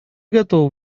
готовы